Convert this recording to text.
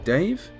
Dave